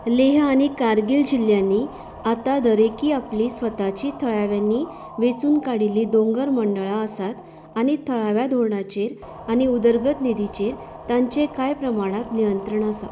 लेह आनी कारगिल जिल्ल्यांनी आतां दरेकी आपलीं स्वताचीं थळाव्यांनी वेंचून काडिल्लीं दोंगर मंडळां आसात आनी थळाव्या धोरणाचेर आनी उदरगत निधीचेर तांचे कांय प्रमाणांत नियंत्रण आसा